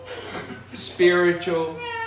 spiritual